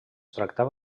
tractava